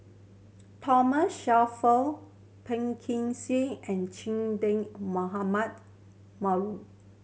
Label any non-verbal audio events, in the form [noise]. Thoma Shelford Phua Kin Siang and Che Dah Mohamed [unintelligible]